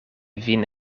vin